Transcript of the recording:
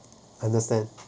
understand